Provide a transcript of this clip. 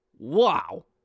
Wow